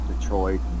Detroit